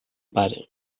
pare